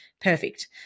perfect